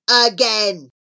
again